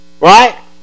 right